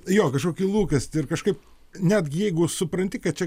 jo kažkokį lūkestį ir kažkaip netgi jeigu supranti kad čia